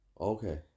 okay